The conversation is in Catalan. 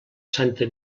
santa